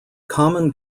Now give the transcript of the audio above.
common